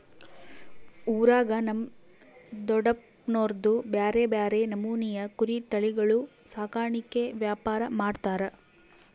ಊರಾಗ ನಮ್ ದೊಡಪ್ನೋರ್ದು ಬ್ಯಾರೆ ಬ್ಯಾರೆ ನಮೂನೆವು ಕುರಿ ತಳಿಗುಳ ಸಾಕಾಣಿಕೆ ವ್ಯಾಪಾರ ಮಾಡ್ತಾರ